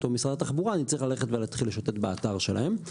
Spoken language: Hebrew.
או משרד התחבורה אני צריך ללכת ולהתחיל לשוטט באתר שלהם.